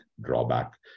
drawback